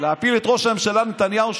להפיל את ראש הממשלה נתניהו.